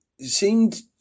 seemed